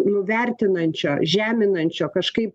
nuvertinančio žeminančio kažkai